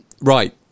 Right